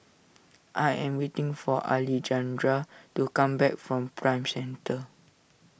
I am waiting for Alejandra to come back from Prime Centre